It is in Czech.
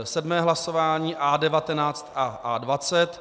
Sedmé hlasování A19 a A20.